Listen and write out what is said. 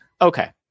okay